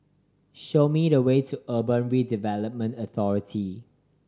show me the way to Urban Redevelopment Authority